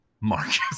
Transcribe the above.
Marcus